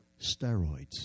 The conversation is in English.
steroids